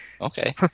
Okay